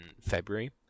February